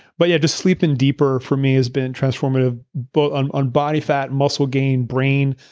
but yeah, just sleeping deeper for me has been transformative but on on body fat, muscle gain brain,